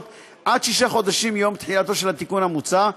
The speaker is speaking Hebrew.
עד שישה חודשים מיום תחילתו של התיקון המוצע,